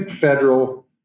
federal